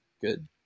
good